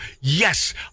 Yes